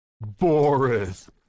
boris